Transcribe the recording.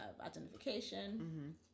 identification